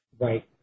Right